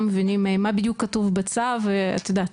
מבינים מה בדיוק כתוב בצו ואת יודעת,